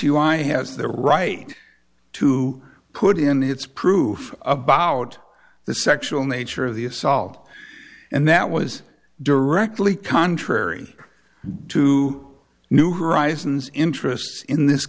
u i has the right to put in its proof about the sexual nature of the assault and that was directly contrary to new horizons interests in this